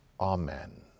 Amen